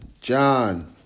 John